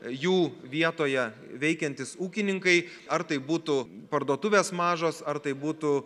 jų vietoje veikiantys ūkininkai ar tai būtų parduotuvės mažos ar tai būtų